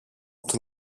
του